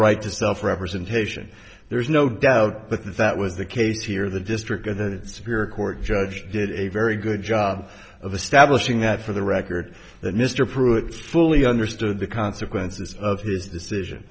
right to self representation there is no doubt but that was the case here the district of the spirit court judge did a very good job of establishing that for the record that mr pruitt fully understood the consequences of his decision